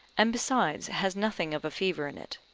and, besides, has nothing of a fever in it.